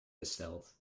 besteld